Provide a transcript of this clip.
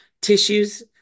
tissues